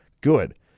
good